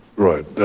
right,